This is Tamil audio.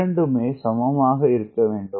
இரண்டுமே சமமாக இருக்க வேண்டும்